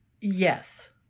yes